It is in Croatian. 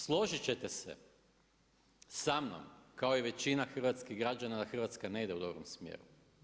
Složiti ćete se samnom kao i većina hrvatskih građana da Hrvatska ne ide u dobrom smjeru.